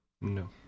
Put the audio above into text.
no